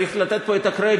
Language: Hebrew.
צריך לתת פה את הקרדיט,